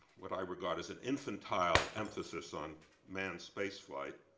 what i regard, as an infantile emphasis on manned spaceflight.